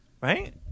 right